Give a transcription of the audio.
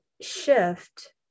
shift